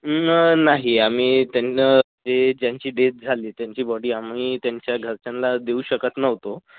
नं नाही आम्ही त्यांनं जे ज्यांची डेथ झाली त्यांची बॉडी आम्ही त्यांच्या घरच्यांना देऊ शकत नव्हतो